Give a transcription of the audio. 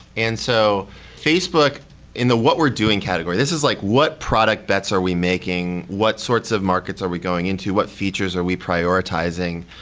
and so facebook in the what we're doing category, this is like what product bets are we making, what sorts of markets are we going into, what features are we prioritizing,